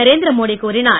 நரேந்திரமோடி கூறினார்